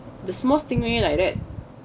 the small stingray like that